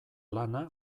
lana